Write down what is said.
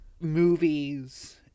movies